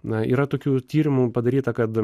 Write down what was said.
na yra tokių tyrimu padaryta kad